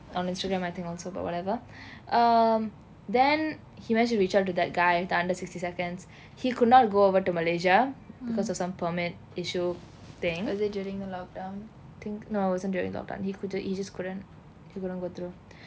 on Instagram I think also about whatever um then he managed to reach out to that guy the under sixty seconds he could not go over to malaysia because of some permit issue thing no it wasn't during lock down he could jus~ he just couldn't couldn't go through